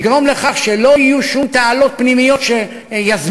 לגרום לכך שלא יהיו שום תעלות פנימיות שיזמינו